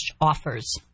offers